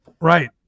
Right